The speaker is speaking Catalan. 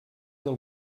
del